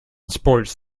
sports